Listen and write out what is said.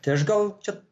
tai aš gal čia